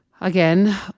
again